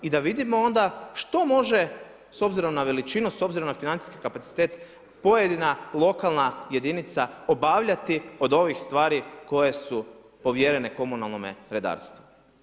I da vidimo onda što može s obzirom na veličinu, s obzirom na financijski kapacitet pojedina lokalna jedinica obavljati od ovih stvari koje su povjerene komunalnome redarstvu.